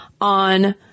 on